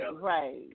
right